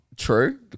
True